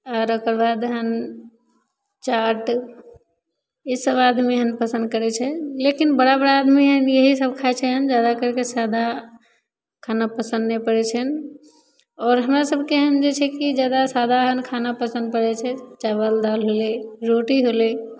आर ओकर बाद हन चाट ई सब आदमी हन पसन्द करै छै लेकिन बड़ा बड़ा आदमी यही सब खाय छै जादा कैरिके सादा खाना पसन्द नहि पड़ै छैनि आओर हमरा सबके छै कि सादा खाना पसन्द पड़ै छै चाबल दालि होलै रोटी होलै